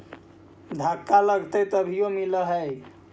धक्का लगतय तभीयो मिल है?